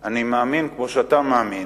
אני מאמין, כמו שאתה מאמין,